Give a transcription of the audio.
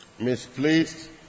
misplaced